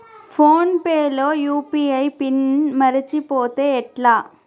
Phone pay లో UPI pin మరచిపోతే ఎట్లా?